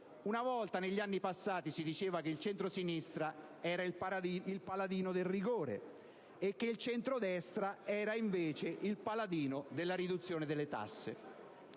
Negli anni passati, si diceva che il centrosinistra era il paladino del rigore e che il centrodestra era il paladino della riduzione delle tasse.